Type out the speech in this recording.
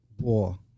war